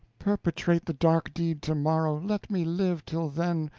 perpetrate the dark deed tomorrow let me live till then,